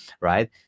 right